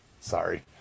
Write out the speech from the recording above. Sorry